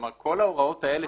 כלומר, כל ההוראות האלה